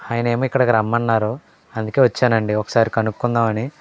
ఆయన ఏమో ఇక్కడికి రమ్మన్నారు అందుకే వచ్చానండి ఒకసారి కనుక్కుందాం అని